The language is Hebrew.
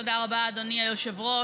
תודה רבה, אדוני היושב-ראש.